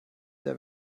sehr